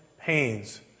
pains